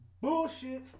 bullshit